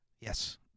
Yes